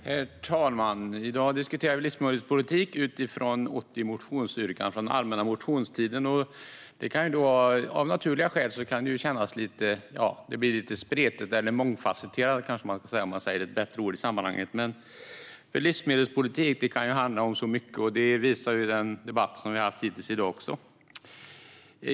Herr talman! I dag diskuterar vi livsmedelspolitik med utgångspunkt i 80 motionsyrkanden från allmänna motionstiden. Av naturliga skäl kan det bli lite spretigt - "mångfasetterat" kanske är ett bättre ord i sammanhanget - för livsmedelspolitik kan handla om så mycket. Det visar också den debatt vi har haft hittills i dag.